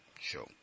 Sure